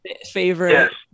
favorite